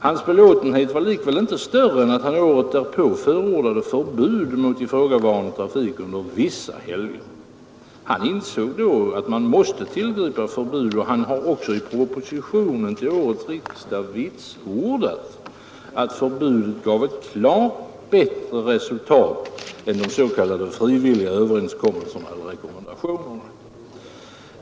Hans belåtenhet var likväl inte större än att han året därpå förordade förbud mot ifrågavarande trafik under vissa helger. Han insåg då att man måste tillgripa förbud, och han har också i proposition till årets riksdag vitsordat att förbudet gav ett klart bättre resultat än s.k. frivilliga överenskommelser och rekommendationer.